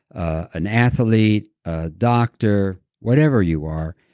an athlete, a doctor, whatever you are.